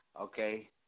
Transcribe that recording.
Okay